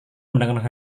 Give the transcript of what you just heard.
mendengar